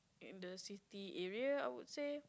in the city area I would say